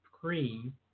Cream